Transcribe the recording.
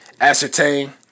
ascertain